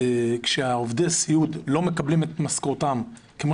כאשר עובדי הסיעוד לא מקבלים את משכורתם כמו